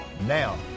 now